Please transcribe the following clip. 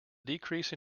decrease